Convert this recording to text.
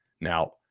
Now